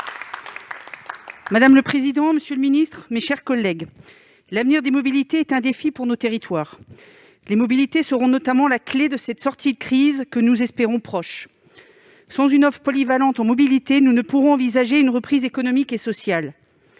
Mme Else Joseph. Monsieur le secrétaire d'État, l'avenir des mobilités est un défi pour nos territoires. Les mobilités seront notamment la clé de la sortie de crise, que nous espérons proche. Sans une offre polyvalente en la matière, nous ne pourrons envisager de reprise économique et sociale.